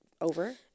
over